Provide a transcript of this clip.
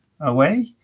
away